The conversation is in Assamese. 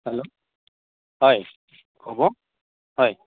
হেল্ল' হয় ক'ব হয়